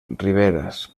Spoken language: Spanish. riberas